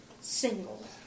Single